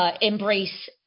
Embrace